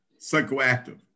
psychoactive